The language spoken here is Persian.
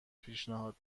پیشنهاد